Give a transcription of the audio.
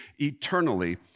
eternally